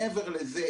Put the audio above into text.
מעבר לזה,